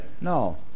no